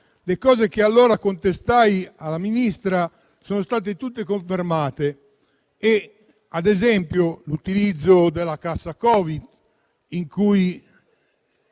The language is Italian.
Le cose che allora contestai alla Ministra sono però state tutte confermate: ad esempio, l'utilizzo della cassa Covid (fatto